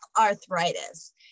arthritis